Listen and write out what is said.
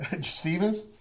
Stevens